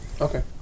Okay